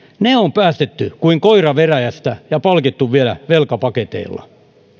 ne on päästetty kuin koira veräjästä ja palkittu vielä velkapaketeilla